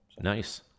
Nice